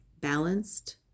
balanced